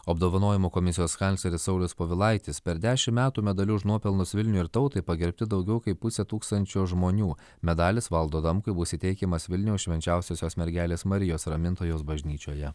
apdovanojimų komisijos kancleris saulius povilaitis per dešim metų medaliu už nuopelnus vilniui ir tautai pagerbti daugiau kaip pusė tūkstančio žmonių medalis valdui adamkui bus įteikiamas vilniaus švenčiausiosios mergelės marijos ramintojos bažnyčioje